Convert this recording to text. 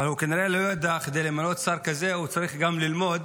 אבל הוא כנראה לא ידע שכדי למנות שר כזה הוא צריך גם ללמוד